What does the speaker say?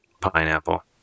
Pineapple